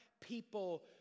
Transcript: people